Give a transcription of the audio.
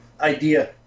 idea